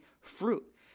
fruit